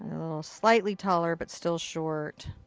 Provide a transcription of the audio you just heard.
a little slightly taller but still short.